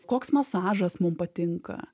koks masažas mum patinka